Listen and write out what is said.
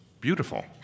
beautiful